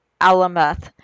Alameth